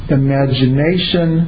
imagination